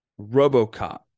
Robocop